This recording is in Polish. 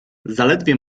zaledwie